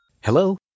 Hello